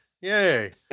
Yay